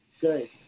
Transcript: good